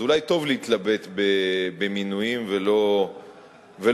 אז אולי טוב להתלבט במינויים ולא למהר.